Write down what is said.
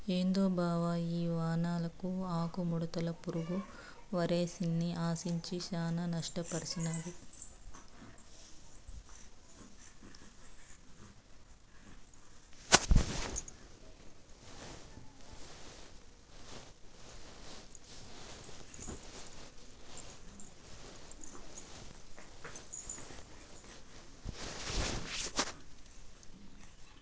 ఏందో బావ ఈ వానలకు ఆకుముడత పురుగు వరిసేన్ని ఆశించి శానా నష్టపర్సినాది